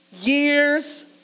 years